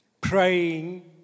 praying